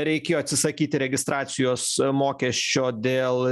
reikėjo atsisakyti registracijos mokesčio dėl